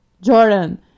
Jordan